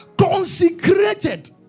consecrated